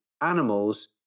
animals